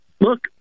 look